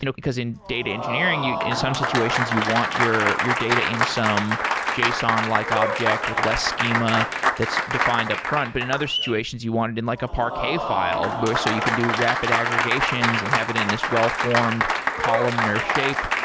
you know because in data engineering, in some situations you want your your data in some json like object with less schema that's defined upfront. but in other situations, you want it in like a parquet file but so so you can do rapid aggregations and have it in this well-formed columnar shape.